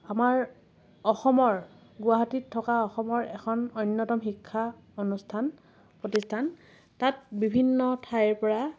আমাৰ অসমৰ গুৱাহাটীত থকা অসমৰ এখন অন্যতম শিক্ষা অনুষ্ঠান প্ৰতিষ্ঠান তাত বিভিন্ন ঠাইৰ পৰা